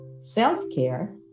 self-care